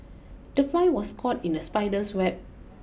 the fly was caught in the spider's web